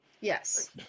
Yes